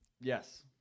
Yes